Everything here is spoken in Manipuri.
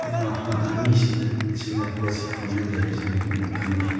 ꯉꯥ ꯉꯥꯃꯤꯁꯤꯡꯅ ꯁꯤꯖꯤꯟꯅꯕ ꯄꯣꯠꯁꯤ ꯈꯨꯡꯒꯪꯗ ꯂꯩꯔꯤꯕꯁꯤꯡꯁꯤꯅ ꯑꯃꯨꯛ ꯈꯪꯗꯦ